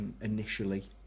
Initially